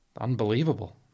Unbelievable